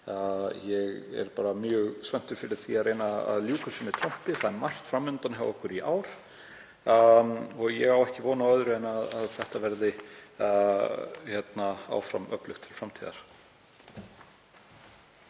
ég er mjög spenntur fyrir því að reyna að ljúka þessu með trompi. Það er margt fram undan hjá okkur í ár, og ég á ekki von á öðru en að starfið verði öflugt til framtíðar.